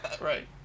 Right